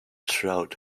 trout